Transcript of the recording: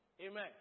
Amen